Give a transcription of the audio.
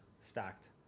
stacked